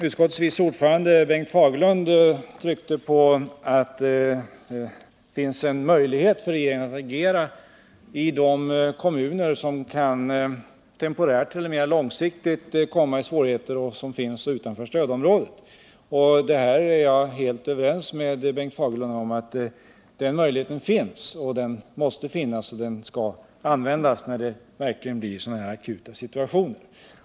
Utskottets vice ordförande Bengt Fagerlund tryckte på att det finns en möjlighet för regeringen att agera i de kommuner utanför stödområdena som temporärt eller mera långsiktigt kan komma i svårigheter. Jag är helt överens med Bengt Fagerlund om att den möjligheten finns och måste finnas. Den skall användas i verkligt akuta situationer.